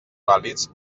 vàlids